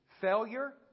failure